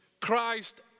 Christ